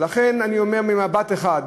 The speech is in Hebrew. לכן אני אומר, ממבט אחד,